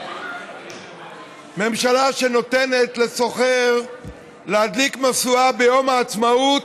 ממשלה שנותנת לסוחר להדליק משואה ביום העצמאות,